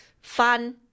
fun